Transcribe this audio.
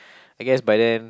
I guess by then